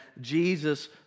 Jesus